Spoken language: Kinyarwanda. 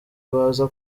baza